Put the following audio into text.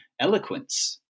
eloquence